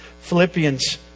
Philippians